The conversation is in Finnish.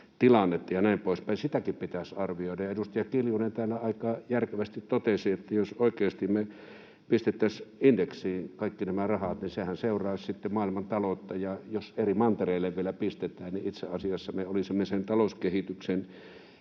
tilannetta ja näin poispäin, ja sitäkin pitäisi arvioida. Edustaja Kiljunen täällä aika järkevästi totesi, että jos me oikeasti pistettäisiin indeksiin kaikki nämä rahat, niin sehän seuraisi sitten maailmantaloutta, ja jos eri mantereelle vielä pistetään, niin itse asiassa me olisimme sen talouskehityksen